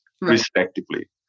respectively